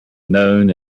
known